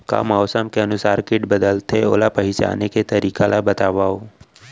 का मौसम के अनुसार किट बदलथे, ओला पहिचाने के तरीका ला बतावव?